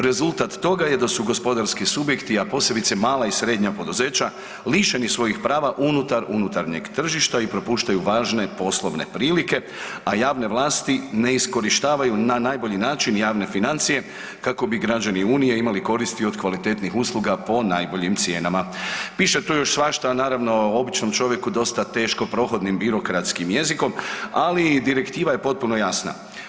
Rezultat toga je da su gospodarski subjekti, a posebice mala i srednja poduzeća lišeni svojih prava unutar unutarnjeg tržišta i propuštaju važne poslovne prilike, a javne vlasti ne iskorištavaju na najbolji način javne financije kako bi građani unije imali koristi od kvalitetnih usluga po najboljim cijenama.“ Piše tu još svašta, a naravno običnom čovjeku dosta teško prohodnim birokratskim jezikom, ali i direktiva je potpuno jasna.